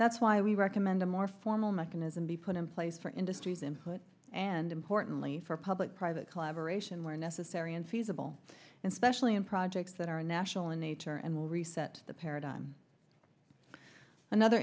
that's why we recommend a more formal mechanism be put in place for industry's input and importantly for public private collaboration where necessary and feasible and specially in projects that are national in nature and will reset the paradigm another